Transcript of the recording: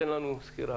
תן לנו סקירה.